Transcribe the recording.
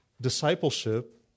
discipleship